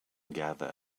gather